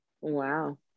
Wow